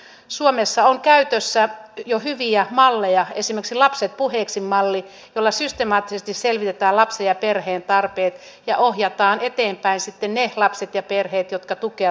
suomessa on jo käytössä hyviä malleja esimerkiksi lapset puheeksi malli jolla systemaattisesti selvitetään lapsen ja perheen tarpeet ja ohjataan eteenpäin sitten ne lapset ja perheet jotka tukea tarvitsevat